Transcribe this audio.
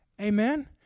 Amen